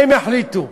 הם יחליטו.